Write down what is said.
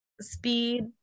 speed